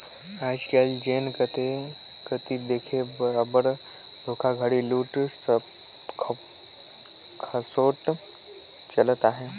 आएज काएल जेन कती देखबे अब्बड़ धोखाघड़ी, लूट खसोट चलत अहे